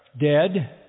dead